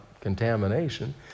contamination